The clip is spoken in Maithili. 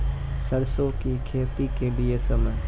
सरसों की खेती के लिए समय?